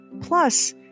Plus